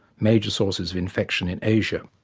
major sources of infection in asia.